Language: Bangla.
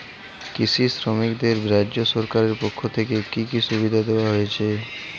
কৃষি শ্রমিকদের রাজ্য সরকারের পক্ষ থেকে কি কি সুবিধা দেওয়া হয়েছে?